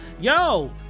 yo